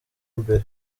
mbere